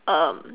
um